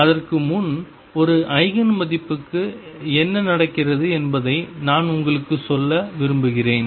அதற்கு முன் ஒரு ஐகேன் மதிப்புக்கு என்ன நடக்கிறது என்பதை நான் உங்களுக்கு சொல்ல விரும்புகிறேன்